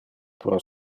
pro